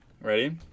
Ready